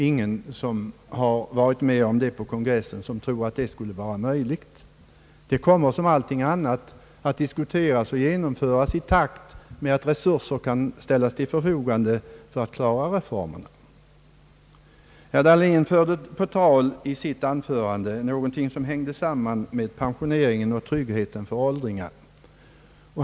Ingen som varit med på kongressen skulle tro att detta kunde vara möjligt. Denna fråga kommer som allting annat att diskuteras och genomföras i takt med att resurser kan ställas till förfogande för att klara reformen. I sitt anförande förde herr Dahlén på tal något som hörde samman med pensioneringen och tryggheten för åldringar.